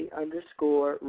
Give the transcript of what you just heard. underscore